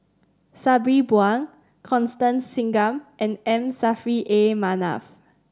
Sabri Buang Constance Singam and M Saffri A Manaf